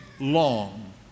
long